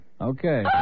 Okay